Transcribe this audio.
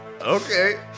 Okay